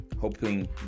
hoping